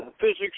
physics